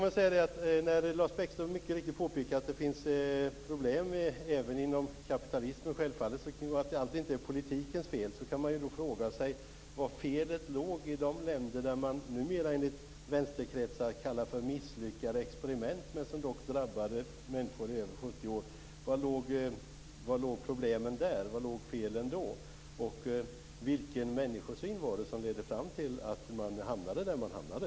Lars Bäckström påpekade mycket riktigt att det finns problem även inom kapitalismen. Han sade att allt inte är politikens fel. Då kan man fråga sig var felet låg i de länder som man numera i vänsterkretsar kallar för misslyckade experiment? De drabbade dock människor i över 70 år. Vilka var problemen då? Var låg felen? Vilken människosyn ledde fram till att man hamnade där man hamnade?